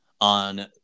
on